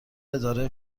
اداره